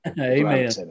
Amen